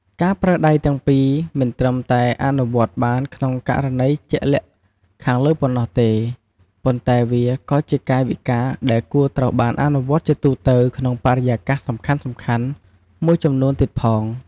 ការប្រើដៃទាំងពីរ មិនត្រឹមតែអនុវត្តបានក្នុងករណីជាក់លាក់ខាងលើប៉ុណ្ណោះទេ ប៉ុន្តែវាក៏ជាកាយវិការដែលគួរត្រូវបានអនុវត្តជាទូទៅក្នុងបរិយាកាសសំខាន់ៗមួយចំនួនទៀតផង។